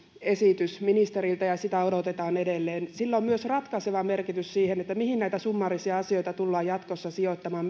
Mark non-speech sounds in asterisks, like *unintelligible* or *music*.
esitys ministeriltä ja sitä odotetaan edelleen sillä on myös ratkaiseva merkitys siinä mihin käräjäoikeuksiin summaarisia asioita tullaan jatkossa sijoittamaan *unintelligible*